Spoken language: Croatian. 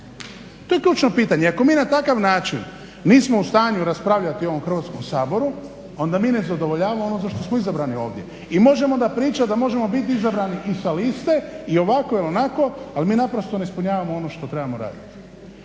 to je ključno pitanje. I ako mi na takav način nismo u stanju raspravljati u ovom Hrvatskom saboru onda mi ne zadovoljavamo ono za što smo izabrani ovdje i možemo onda pričati da možemo biti izabrani i sa liste i ovako ili onako ali mi naprosto ne ispunjavamo ono što trebamo raditi.